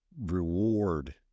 reward